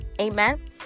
amen